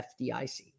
FDIC